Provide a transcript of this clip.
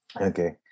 okay